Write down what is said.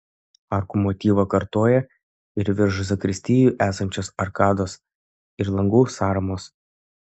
arkų motyvą kartoja ir virš zakristijų esančios arkados ir langų sąramos